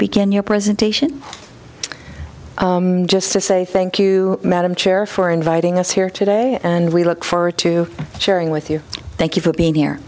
begin your presentation just to say thank you madam chair for inviting us here today and we look for to sharing with you thank you for being here